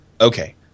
Okay